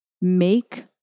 Make